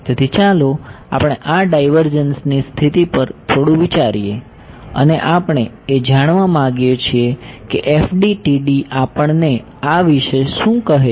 તેથી ચાલો આપણે આ ડાઈવર્જન્સની સ્થિતિ પર થોડું વિચારીએ અને આપણે એ જાણવા માગીએ છીએ કે FDTD આપણને આ વિશે શું કહે છે